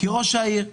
כי ראש העיר יילחם,